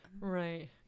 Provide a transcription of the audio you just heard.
Right